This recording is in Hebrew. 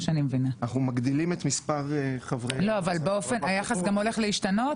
אנחנו מגדילים את מספר חברי -- היחס גם הולך להשתנות?